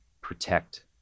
protect